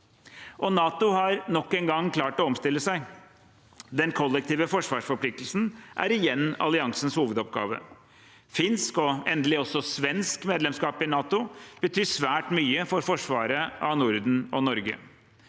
NATO har nok en gang klart å omstille seg. Den kollektive forsvarsforpliktelsen er igjen alliansens hovedoppgave. Finsk og endelig også svensk medlemskap i NATO betyr svært mye for forsvaret av Norden og Norge.